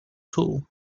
tool